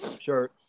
Sure